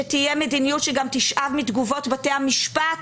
שתהיה מדיניות שגם תשאב מתגובות בתי המשפט